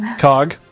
Cog